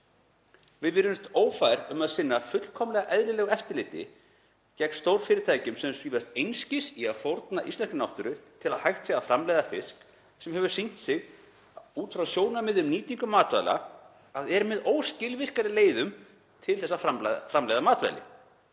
Við virðumst ófær um að sinna fullkomlega eðlilegu eftirliti gegn stórfyrirtækjum sem svífast einskis í að fórna íslenskri náttúru til að hægt sé að framleiða fisk, sem hefur sýnt sig, út frá sjónarmiðum um nýtingu matvæla, að er með óskilvirkari leiðum til að framleiða matvæli.